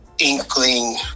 inkling